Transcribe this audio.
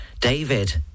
David